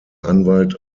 anwalt